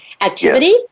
activity